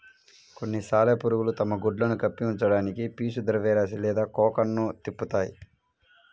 కొన్ని సాలెపురుగులు తమ గుడ్లను కప్పి ఉంచడానికి పీచు ద్రవ్యరాశి లేదా కోకన్ను తిప్పుతాయి